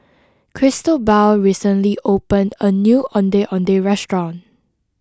Cristobal recently opened a new Ondeh Ondeh restaurant